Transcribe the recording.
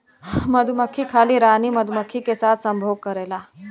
मधुमक्खी खाली रानी मधुमक्खी के साथ संभोग करेला